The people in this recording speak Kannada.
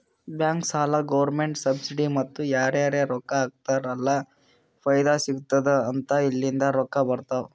ಬ್ಯಾಂಕ್, ಸಾಲ, ಗೌರ್ಮೆಂಟ್ ಸಬ್ಸಿಡಿ ಮತ್ತ ಯಾರರೇ ರೊಕ್ಕಾ ಹಾಕ್ತಾರ್ ಅಲ್ಲ ಫೈದಾ ಸಿಗತ್ತುದ್ ಅಂತ ಇಲ್ಲಿಂದ್ ರೊಕ್ಕಾ ಬರ್ತಾವ್